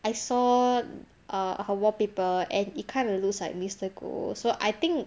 I saw err her wallpaper and it kind of looks like mister goh so I think